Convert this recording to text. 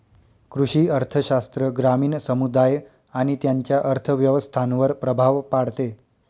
कृषी अर्थशास्त्र ग्रामीण समुदाय आणि त्यांच्या अर्थव्यवस्थांवर प्रभाव पाडते